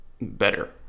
better